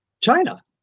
China